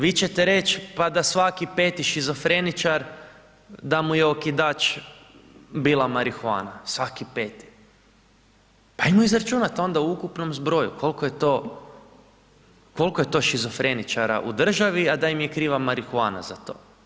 Vi ćete reći pa da svaki 5 šizofreničar da mu je okidač bila marihuana, svaki 5. Pa ajmo izračunat onda u ukupnom zbroju koliko je to šizofreničara u državi, a da im je kriva marihuana za to.